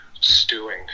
stewing